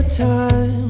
time